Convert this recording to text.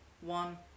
one